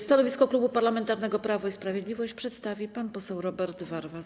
Stanowisko Klubu Parlamentarnego Prawo i Sprawiedliwość przedstawi pan poseł Robert Warwas.